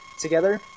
together